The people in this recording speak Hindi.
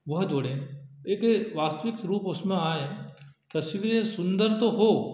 वह जोड़ें एक वास्तविक रूप उसमें आएँ तस्वीरें सुन्दर तो हो